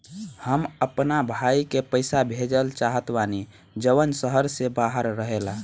हम अपना भाई के पइसा भेजल चाहत बानी जउन शहर से बाहर रहेला